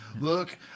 look